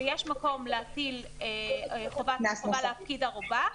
שיש מקום להטיל חובה להפקיד ערובה,